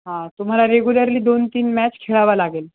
हा तुम्हाला रेगुलरली दोन तीन मॅच खेळावा लागेल